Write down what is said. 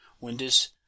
Windows